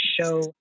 show